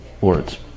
words